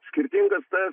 skirtingas tas